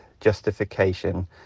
justification